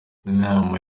inama